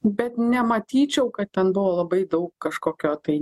bet nematyčiau kad ten buvo labai daug kažkokio tai